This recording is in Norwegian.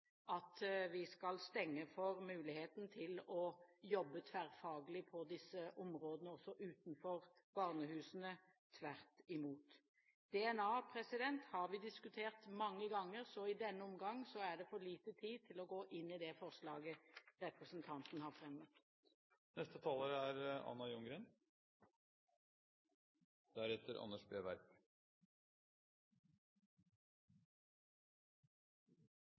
at vi skal stenge for muligheten til å jobbe tverrfaglig på disse områdene også utenfor barnehusene – tvert imot. DNA har vi diskutert mange ganger. I denne omgang er det for liten tid til å gå inn i det forslaget representanten har fremmet.